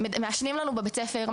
מעשנים לנו בבית הספר,